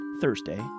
Thursday